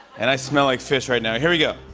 and i smell like fish right now. here we go.